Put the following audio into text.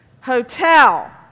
Hotel